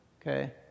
okay